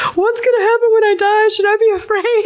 what's going to happen when i die? should i be afraid?